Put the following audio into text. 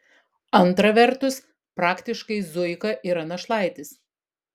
antra vertus praktiškai zuika yra našlaitis